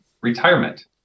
retirement